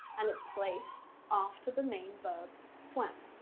and it's placed after the main verb, swam.